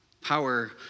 Power